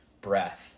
breath